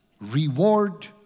reward